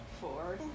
Four